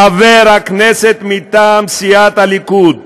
חבר הכנסת מטעם סיעת הליכוד,